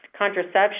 contraception